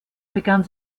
begann